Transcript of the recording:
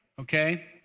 Okay